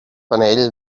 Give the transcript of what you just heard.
panell